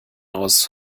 aus